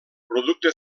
producte